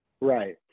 Right